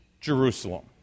Jerusalem